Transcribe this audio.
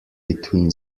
between